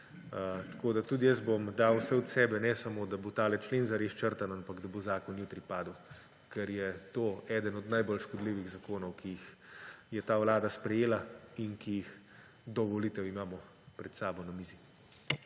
Tudi jaz bom dal vse od sebe, ne samo da bo tale člen zares črtan, ampak da bo zakon jutri padel, ker je to eden od najbolj škodljivih zakonov, ki jih je ta vlada sprejela in ki jih imamo do volitev pred sabo na mizi.